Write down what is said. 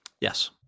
Yes